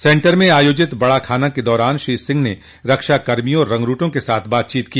centre में आयोजित बड़ा खाना के दौरान श्री सिंह ने रक्षाकर्मियों और रंगरूटों के साथ बातचीत की